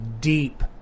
deep